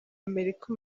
amerika